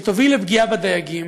שתוביל לפגיעה בדייגים,